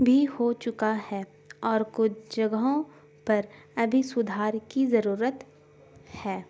بھی ہو چکا ہے اور کچھ جگہوں پر ابھی سدھار کی ضرورت ہے